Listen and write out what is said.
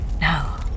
No